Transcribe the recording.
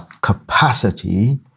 capacity